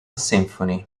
symphony